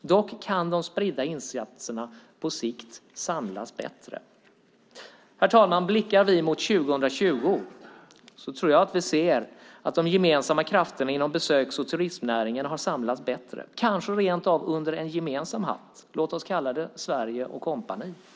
Dock kan de spridda insatserna på sikt samlas bättre. Herr talman! Blickar vi mot 2020 tror jag att vi ser att de gemensamma krafterna inom besöks och turismnäringen har samlats bättre, kanske rent av under en gemensam hatt - låt oss kalla det Sverige & Co